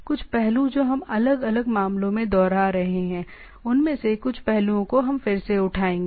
कुछ पहलू जो हम अलग अलग मामलों में दोहरा रहे हैं उनमें से कुछ पहलुओं को हम फिर से उठाएँगे